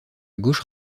gauche